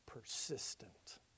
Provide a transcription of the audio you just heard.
persistent